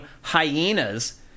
Hyenas